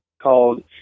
called